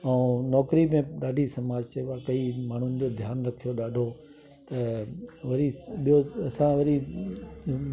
ऐं नौकिरी में ॾाढी समाज सेवा कई माण्हुनि जो ध्यानु रखियो ॾाढो त वरी ॿियो असां वरी